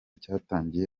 cyatangiye